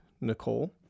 Nicole